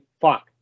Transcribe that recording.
Fuck